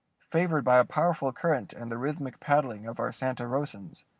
favored by a powerful current and the rhythmic paddling of our santa rosans,